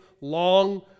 long